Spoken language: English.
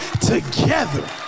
together